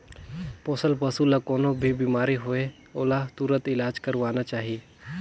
पोसल पसु ल कोनों भी बेमारी होये ओला तुरत इलाज करवाना चाही